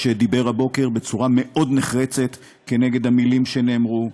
שדיבר הבוקר בצורה מאוד נחרצת כנגד המילים שנאמרו,